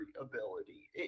ability